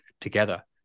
together